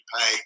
pay